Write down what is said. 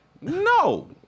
No